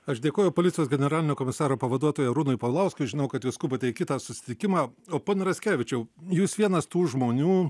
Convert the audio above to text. aš dėkoju policijos generalinio komisaro pavaduotojui arūnui paulauskui žinau kad jūs skubate į kitą susitikimą o pone raskevičiau jūs vienas tų žmonių